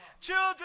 Children